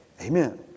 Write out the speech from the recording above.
Amen